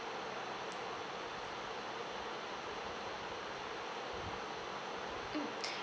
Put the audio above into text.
mm